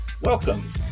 Welcome